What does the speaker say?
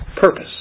purpose